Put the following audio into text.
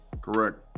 Correct